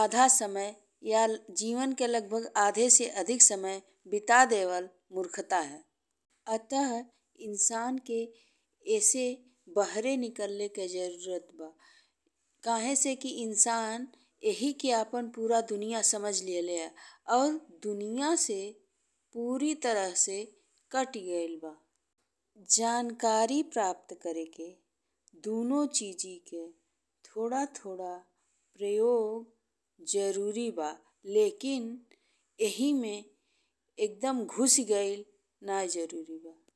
आधा समय या जीवन के लगभग आधा से अधिक समय बिता देवल मूर्खता है। अतः इंसान के ई से बाहरे निकलले के जरूरत बा। कह सकी इंसान एह के आपन पूरी दुनिया समझ लेहले आ दुनिया से पूरी तरह से कतई गइल बा। जानकारी प्राप्त करेके दुनो चीजि के थोड़ा थोड़ा प्रयोग जरूरी बा लेकिन एह में एकदम घुसि गइल नाही जरूरी बा।